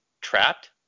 trapped